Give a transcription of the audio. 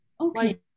Okay